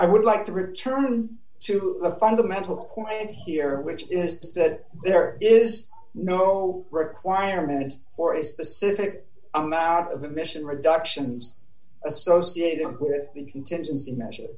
i would like to return to the fundamental quiet here which is that there is no requirement for a specific amount of emission reductions associated with it the contingency measure